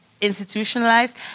institutionalized